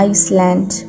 Iceland